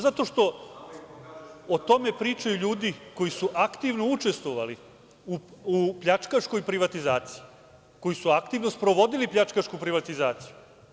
Zato što o tome pričaju ljudi koji su aktivno učestvovali u pljačkaškoj privatizaciji, koji su aktivno sprovodili pljačkašku privatizaciju.